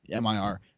MIR